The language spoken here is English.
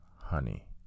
honey